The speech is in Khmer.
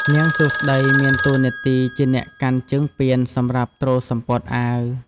នាងសួស្ដីមានតួនាទីជាអ្នកកាន់ជើងពានសម្រាប់ទ្រសំពត់អាវ។